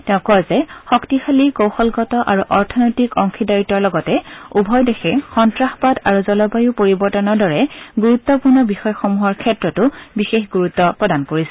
তেওঁ কয় যে শক্তিশালী কৌশলগত আৰু অৰ্থনৈতিক অংশীদাৰিত্বৰ লগতে উভয় দেশে সন্তাসবাদ আৰু জলবায়ু পৰিৱৰ্তনৰ দৰে গুৰুত্পূৰ্ণ বিষয়সমূহৰ ক্ষেত্ৰতো বিশেষ গুৰুত্ব প্ৰদান কৰিছে